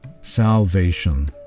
salvation